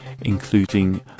including